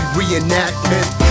reenactment